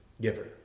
giver